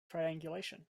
triangulation